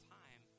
time